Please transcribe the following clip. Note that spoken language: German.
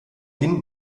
hin